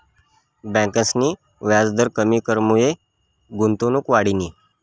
ब्यांकसनी व्याजदर कमी करामुये गुंतवणूक वाढनी